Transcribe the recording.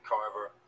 Carver